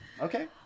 Okay